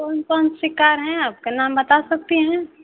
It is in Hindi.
कौन कौन सी कार हैं आपका नाम बता सकती हैं